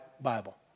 Bible